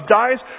dies